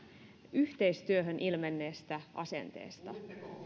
yhteistyöhön ilmenneestä asenteesta